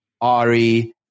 Ari